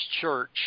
Church